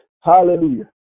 Hallelujah